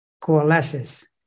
coalesces